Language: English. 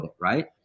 right